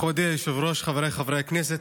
מכובדי היושב-ראש, חבריי חברי הכנסת,